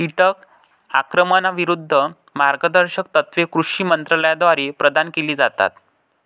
कीटक आक्रमणाविरूद्ध मार्गदर्शक तत्त्वे कृषी मंत्रालयाद्वारे प्रदान केली जातात